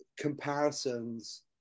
comparisons